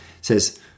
says